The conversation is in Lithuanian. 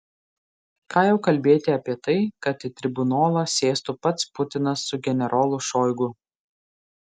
ką jau kalbėti apie tai kad į tribunolą sėstų pats putinas su generolu šoigu